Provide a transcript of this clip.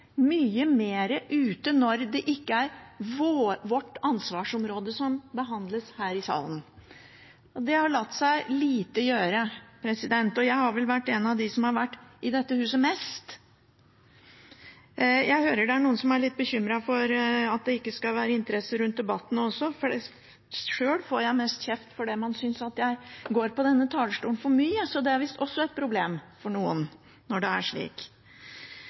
mye mer ute når det ikke er vårt ansvarsområde som behandles her i salen. Det har vanskelig latt seg gjøre. Jeg er vel en av dem som har vært mest i dette huset. Jeg hører at det er noen som er litt bekymret for at det ikke skal være interesse rundt debattene. Sjøl får jeg mest kjeft fordi man syns jeg går på denne talerstolen for mye. Så det er visst også et problem for noen.